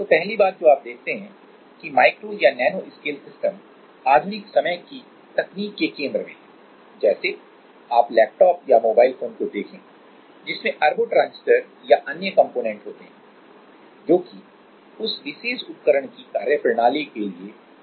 तो पहली बात जो आप देखते हैं कि माइक्रो या नैनो स्केल सिस्टम आधुनिक समय की तकनीक के केंद्र में हैं जैसे आप लैपटॉप या मोबाइल फोन को देखें जिसमें अरबों ट्रांजिस्टर और अन्य कॉम्पोनेन्ट होते हैं जो कि उस विशेष उपकरण की कार्यप्रणाली के लिए बहुत आवश्यक हैं